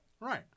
Right